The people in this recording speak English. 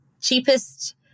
cheapest